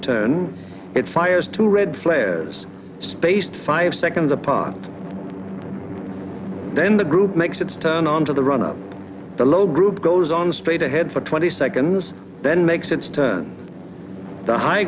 turn it fires to red flares spaced five seconds apart then the group makes its turn on to the run up the low group goes on straight ahead for twenty seconds then makes sense to the high